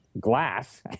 glass